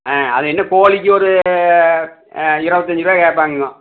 ஆ அது என்ன கோழிக்கு ஒரு இருபத்தஞ்சிருவா கேட்பாங்கங்கோ